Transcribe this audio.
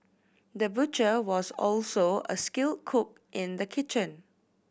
the butcher was also a skilled cook in the kitchen